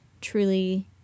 truly